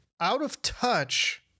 out-of-touch